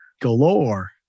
galore